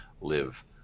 live